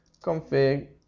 config